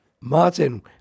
Martin